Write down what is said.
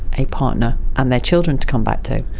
a partner and their children to come back to.